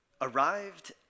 arrived